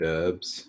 Dubs